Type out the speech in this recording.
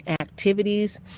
activities